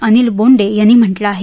अनिल बोंडे यांनी म्हटलं आहे